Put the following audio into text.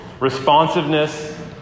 Responsiveness